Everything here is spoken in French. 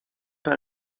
par